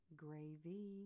gravy